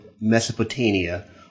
Mesopotamia